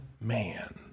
man